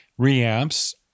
reamps